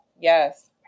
Yes